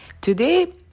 Today